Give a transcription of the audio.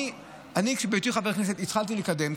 אני, בהיותי חבר כנסת, התחלתי לקדם.